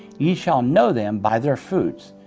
ye shall know them by their fruits.